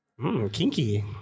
Kinky